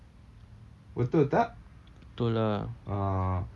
betul tak ah